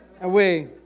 away